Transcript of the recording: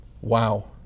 Wow